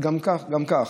ההגעה